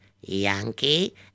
Yankee